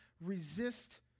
resist